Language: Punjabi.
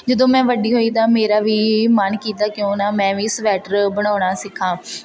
ਜਦੋਂ ਮੈਂ ਵੱਡੀ ਹੋਈ ਤਾਂ ਮੇਰਾ ਵੀ ਮਨ ਕੀਤਾ ਕਿਉਂ ਨਾ ਮੈਂ ਵੀ ਸਵੈਟਰ ਬਣਾਉਣਾ ਸਿੱਖਾਂ